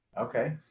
Okay